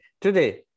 today